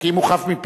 כי אם הוא חף מפשע,